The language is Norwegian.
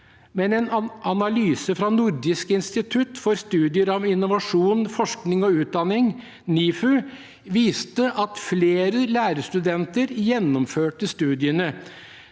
men en analyse fra Nordisk institutt for studier av innovasjon, forskning og utdanning, NIFU, viste at flere lærerstudenter gjennomførte studiene.